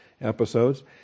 episodes